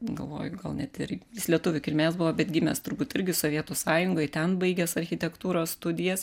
galvoju gal net ir jis lietuvių kilmės buvo bet gimęs turbūt irgi sovietų sąjungoj ten baigęs architektūros studijas